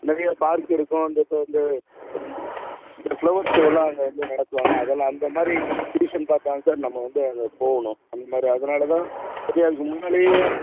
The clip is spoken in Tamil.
நிறைய பார்க் இருக்கும் அந்த இப்போ வந்து இந்த ஃப்ளவர் ஷோல்லாம் அங்க வந்து நடத்துவாங்க அதெல்லாம் அந்த மாதிரி டிவிஷன் பார்க்க ஆரம்மிச்சா நம்ம வந்து அங்கப் போகணும் அந்த மாதிரி அதனால் தான் சரி அதுக்கு முன்னாலையே